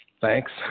thanks